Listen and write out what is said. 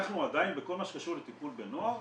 אנחנו עדיין בכל מה שקשור לטיפול בנוער